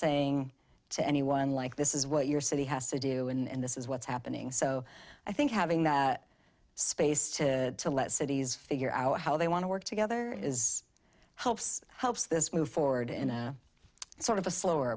saying to anyone like this is what your city has to do and this is what's happening so i think having the space to let cities figure out how they want to work together is helps helps this move forward in a sort of a slower